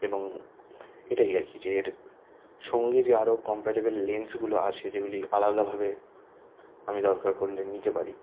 এবং এটাই আর কি যে এর সঙ্গে যে আরও কমপ্যাটেব্ল লেন্সগুলো আছে যেগুলি আলাদাভাবে আমি দরকার পড়লে নিতে পারি